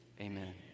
amen